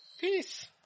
peace